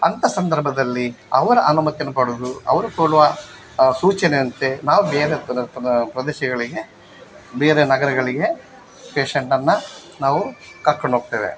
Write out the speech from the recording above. ಅಂಥ ಸಂದರ್ಭದಲ್ಲಿ ಅವರ ಅನುಮತಿಯನ್ನು ಪಡೆದು ಅವರು ಕೊಡುವ ಆ ಸೂಚನೆಯಂತೆ ನಾವು ಬೇರೆ ಪ್ರದ ಪ್ರದ ಪ್ರದೇಶಗಳಿಗೆ ಬೇರೆ ನಗರಗಳಿಗೆ ಪೇಷಂಟನ್ನು ನಾವು ಕರ್ಕೊಂಡೋಗ್ತೇವೆ